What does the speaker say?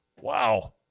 Wow